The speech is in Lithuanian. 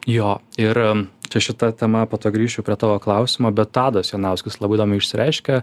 jo ir šita tema po to grįšiu prie tavo klausimo bet tadas jonauskis labai įdomiai išsireiškė